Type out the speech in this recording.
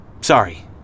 sorry